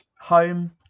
home